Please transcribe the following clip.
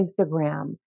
Instagram